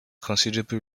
considerable